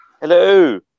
Hello